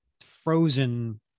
frozen